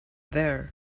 there